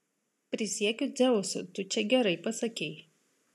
prisiekiu dzeusu tu čia gerai pasakei